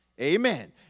Amen